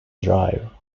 drive